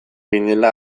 ginela